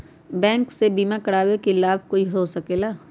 Bank से बिमा करावे से की लाभ होई सकेला?